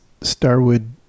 Starwood